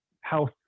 health